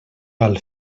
val